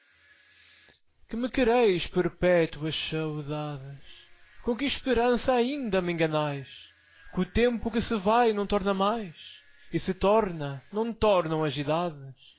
quereis perpétuas saudades com que esperança ainda me enganais que o tempo que se vai não torna mais e se torna não tornam as